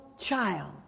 child